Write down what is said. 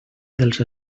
dels